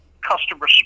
customer